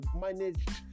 managed